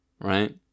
right